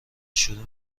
شروع